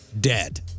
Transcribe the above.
dead